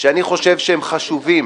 שאני חושב שהם חשובים